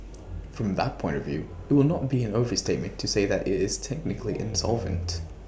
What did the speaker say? from that point of view IT would not be an overstatement to say that IT is technically insolvent